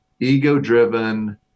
ego-driven